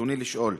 רצוני לשאול: